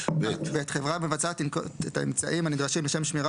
(ב)חברה מבצעת תנקוט את האמצעים הנדרשים לשם שמירה